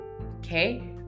Okay